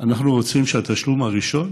אנחנו רוצים שהתשלום הראשון